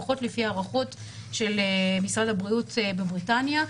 לפחות לפי ההערכות של משרד הבריאות בבריטניה,